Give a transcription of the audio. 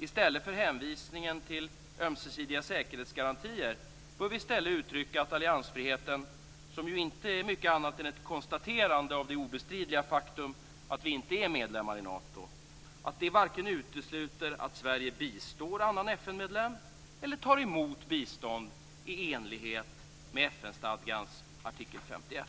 I stället för hänvisningen till "ömsesidiga säkerhetsgarantier" bör vi uttrycka att alliansfriheten - som ju inte är mycket annat än ett konstaterande av det obestridliga faktum att vi inte är medlemmar i Nato - inte utesluter vare sig att Sverige bistår annan FN-medlem eller tar emot bistånd i enlighet med FN-stadgans artikel 51.